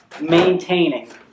maintaining